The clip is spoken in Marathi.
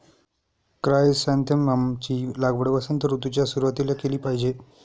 क्रायसॅन्थेमम ची लागवड वसंत ऋतूच्या सुरुवातीला केली पाहिजे